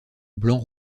blanc